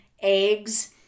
Eggs